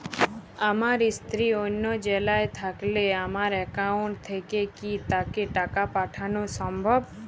আমার স্ত্রী অন্য জেলায় থাকলে আমার অ্যাকাউন্ট থেকে কি তাকে টাকা পাঠানো সম্ভব?